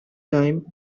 time